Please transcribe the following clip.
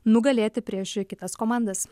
nugalėti prieš kitas komandas